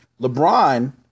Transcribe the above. LeBron